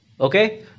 okay